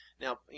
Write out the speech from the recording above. Now